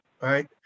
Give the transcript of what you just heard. right